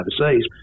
overseas